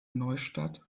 neustadt